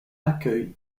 accueil